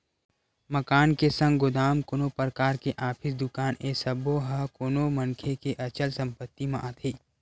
मकान के संग गोदाम, कोनो परकार के ऑफिस, दुकान ए सब्बो ह कोनो मनखे के अचल संपत्ति म आथे